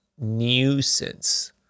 nuisance